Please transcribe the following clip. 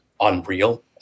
unreal